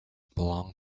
belong